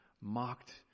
mocked